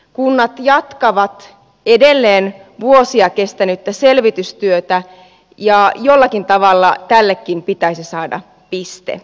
kunnat jatkavat edelleen vuosia kestänyttä selvitystyötä ja jollakin tavalla tällekin pitäisi saada piste